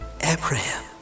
Abraham